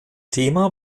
thema